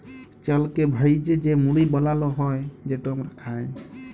চালকে ভ্যাইজে যে মুড়ি বালাল হ্যয় যেট আমরা খাই